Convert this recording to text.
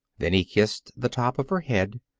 then he kissed the top of her head.